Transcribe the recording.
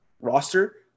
roster